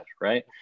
right